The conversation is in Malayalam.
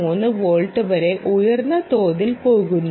3 വോൾട്ട് വരെ ഉയർന്ന തോതിൽ പോകുന്നു